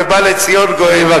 ובא לציון גואל.